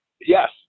yes